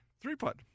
three-putt